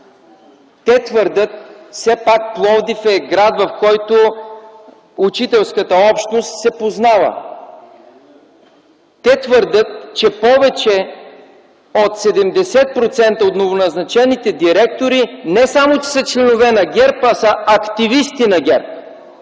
Те твърдят, че повече от 70% от новоназначените директори не само че са членове на ГЕРБ, а са активисти на ГЕРБ.